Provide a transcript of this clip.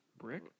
Brick